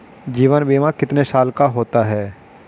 जीवन बीमा कितने साल का होता है?